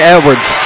Edwards